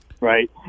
Right